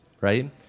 right